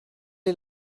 est